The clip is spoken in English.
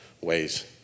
ways